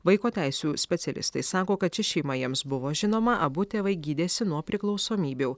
vaiko teisių specialistai sako kad ši šeima jiems buvo žinoma abu tėvai gydėsi nuo priklausomybių